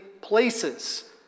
places